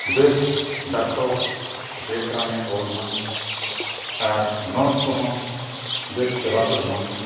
ᱵᱮᱥ ᱰᱟᱠᱛᱚᱨ ᱵᱮᱥ ᱨᱟᱱᱮ ᱚᱞᱢᱟ ᱟᱨ ᱱᱟᱨᱥ ᱠᱚᱦᱚᱸ ᱵᱮᱥ ᱥᱮᱵᱟ ᱠᱚ ᱮᱢᱟᱢ ᱢᱟ